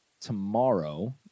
tomorrow